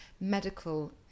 medical